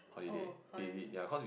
oh holiday